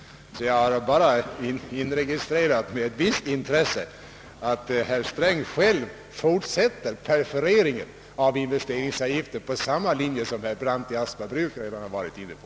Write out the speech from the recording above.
Jag har alltså med visst intresse inregistrerat att herr Sträng själv fortsätter perforeringen av investeringsavgiften efter samma linje som herr Brandt har varit inne på.